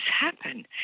happen